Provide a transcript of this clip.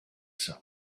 some